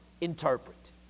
interpret